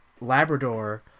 Labrador